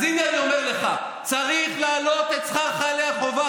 אז הינה אני אומר לך: צריך להעלות את שכר חיילי החובה,